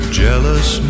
jealous